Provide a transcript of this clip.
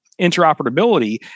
interoperability